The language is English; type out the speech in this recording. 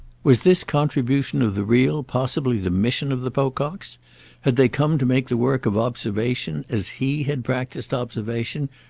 was this contribution of the real possibly the mission of the pococks had they come to make the work of observation, as he had practised observation,